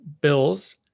Bills